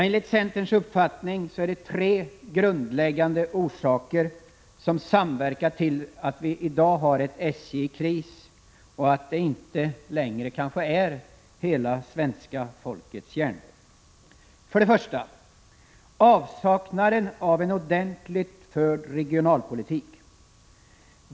Enligt centerns uppfattning har tre grundläggande orsaker samverkat till att vi i dag har ett SJ i kris och att det inte är hela svenska folkets järnväg. För det första: avsaknaden av en ordentligt förd regionalpolitik.